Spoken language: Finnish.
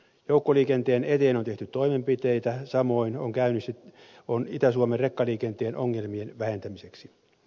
joukkoliikenteen eteen on tehty toimenpiteitä samoin itä suomen rekkaliikenteen ongelmien vähentämiseksi